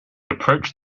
approached